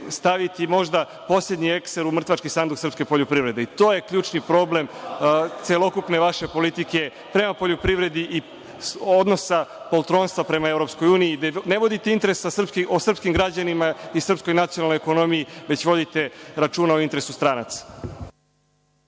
staviti možda poslednji ekser u mrtvački sanduk srpske poljoprivrede i to je ključni problem celokupne vaše politike prema poljoprivredi i odnosa poltronstva prema EU, gde ne vodite interes o srpskim građanima i srpskoj nacionalnoj ekonomiji, već vodite računa o interesu stranaca.